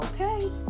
okay